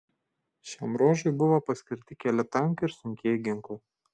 šiam ruožui buvo paskirti keli tankai ir sunkieji ginklai